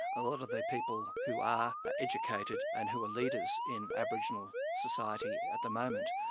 a lot of the people who are educated and who are leaders in aboriginal society at the moment,